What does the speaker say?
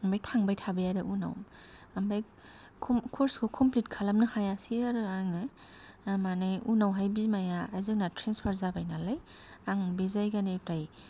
आमफाय थांबाय थाबाय आरो उनाव आमफाय कर्सखौ कमप्लिट खालामनो हायासै आरो आङो माने उनावहाय बिमाया जोंना ट्रेन्सफार जाबाय नालाय आं बे जायगानिफ्राय